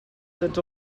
tots